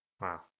wow